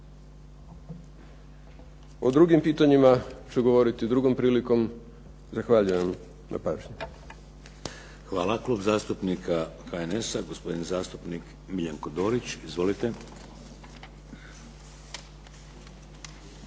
O drugim pitanjima ću govoriti drugom prilikom. Zahvaljujem na pažnji. **Šeks, Vladimir (HDZ)** Hvala. Klub zastupnika HNS-a gospodin zastupnik Miljenko Dorić. Izvolite.